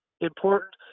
important